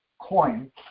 coin